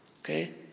Okay